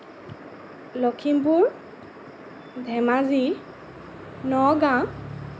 Lakhimpur Dhemaji Nagaon